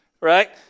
Right